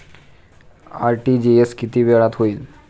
RTGS किती वेळात होईल?